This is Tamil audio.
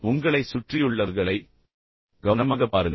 உங்களைச் சுற்றியுள்ளவர்களை கவனமாகப் பாருங்கள்